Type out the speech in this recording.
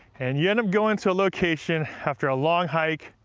and you end up going to a location after a long hike,